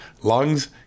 lungs